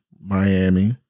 miami